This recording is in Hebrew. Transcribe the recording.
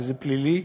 וזה פלילי.